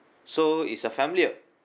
so it's a family of